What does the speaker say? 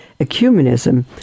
ecumenism